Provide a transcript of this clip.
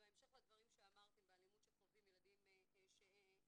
בהמשך לדברים שאמרתם, באלימות שחווים ילדים שהם